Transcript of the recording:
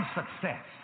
success